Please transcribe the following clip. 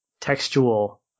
textual